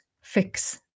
fix